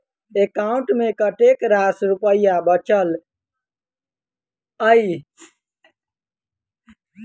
account मे कतेक रास रुपया बचल एई